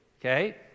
okay